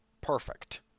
perfect